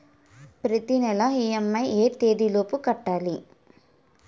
ప్రతినెల ఇ.ఎం.ఐ ఎ తేదీ లోపు కట్టాలి?